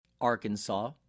Arkansas